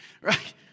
right